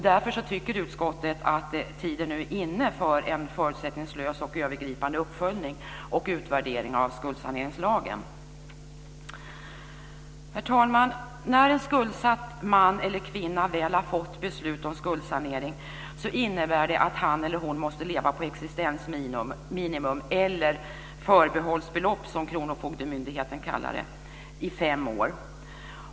Därför tycker utskottet att tiden nu är inne för en förutsättningslös och övergripande uppföljning och utvärdering av skuldsaneringslagen. Herr talman! När en skuldsatt man eller kvinna väl har fått beslut om skuldsanering innebär det att han eller hon måste leva på existensminimum eller förbehållsbelopp, som Kronofogdemyndigheten kallar det, i fem år.